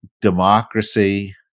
democracy